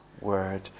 Word